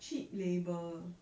cheap labour